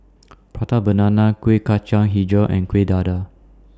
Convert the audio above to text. Prata Banana Kueh Kacang Hijau and Kuih Dadar